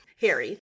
Harry